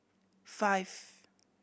five